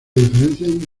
diferencian